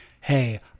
Hey